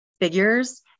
figures